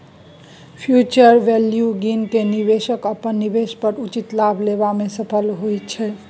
future value गिन केँ निबेशक अपन निबेश पर उचित लाभ लेबा मे सफल होइत छै